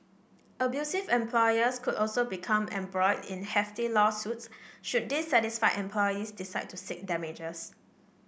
abusive employers could also become embroiled in hefty lawsuits should dissatisfied employees decide to seek damages